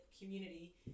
community